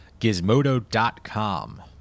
Gizmodo.com